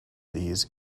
these